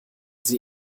sie